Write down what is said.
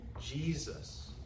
Jesus